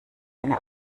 eine